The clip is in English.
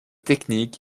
technique